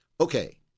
Okay